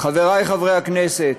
חברי חברי הכנסת,